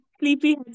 Sleepy